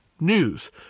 news